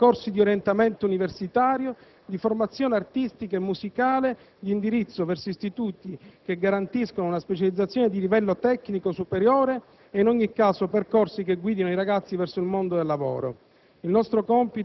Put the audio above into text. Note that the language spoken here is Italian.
per promuovere percorsi di orientamento universitario, di formazione artistica e musicale, di indirizzo verso istituti che garantiscano una specializzazione di livello tecnico superiore e, in ogni caso, percorsi che guidino i ragazzi verso il mondo del lavoro.